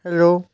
hello